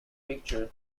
pictures